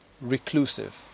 reclusive